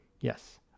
Yes